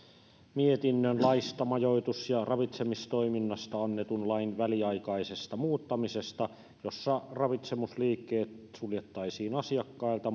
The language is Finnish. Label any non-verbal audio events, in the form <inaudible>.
mietinnön laista majoitus ja ravitsemistoiminnasta annetun lain väliaikaisesta muuttamisesta jossa ravitsemusliikkeet suljettaisiin asiakkailta <unintelligible>